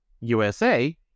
USA